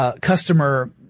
Customer